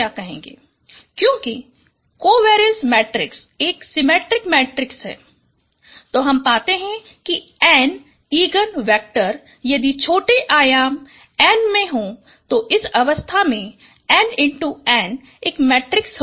क्योंकि covariance matrix एक symmetric matrix है तो हम पाते हैं कि N इगन वेक्टर यदि छोटे आयाम N में हो तो इस अवस्था में n x n मेट्रिक्स होगा